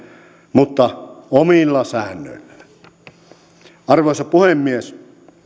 mutta omilla säännöillään arvoisa puhemies